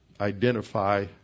identify